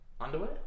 underwear